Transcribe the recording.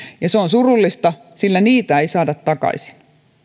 se on surullista sillä niitä ei saada takaisin